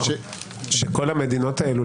כל המדינות האלו,